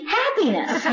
happiness